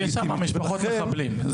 יש שמה משפחות מחבלים.